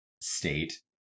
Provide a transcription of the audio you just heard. state